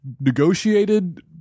negotiated